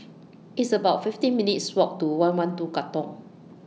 It's about fifteen minutes' Walk to one one two Katong